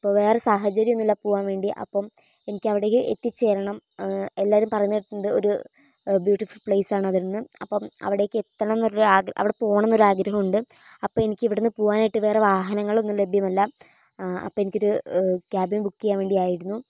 ഇപ്പോൾ വേറെ സാഹചര്യം ഒന്നും ഇല്ല പോകുവാന് വേണ്ടി അപ്പം എനിക്ക് അവിടേയ്ക്ക് എത്തിച്ചേരണം എല്ലാവരും പറയുന്നത് കേട്ടിട്ടുണ്ട് ഒരു ബ്യുട്ടിഫുള് പ്ലേസ് ആണതെന്ന് അപ്പം അവിടേയ്ക്ക് എത്തണം എന്നൊരു ആഗ്രഹം അവിടെ പോകണം എന്നൊരു ആഗ്രഹം ഉണ്ട് അപ്പം എനിക്ക് ഇവിടെ നിന്ന് പോകുവാനായിട്ട് വേറെ വാഹനങ്ങള് ഒന്നും ലഭ്യമല്ല അപ്പം എനിക്കൊരു ക്യാബിന് ബുക്ക് ചെയ്യാന് വേണ്ടിയായിരുന്നു